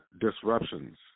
disruptions